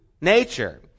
nature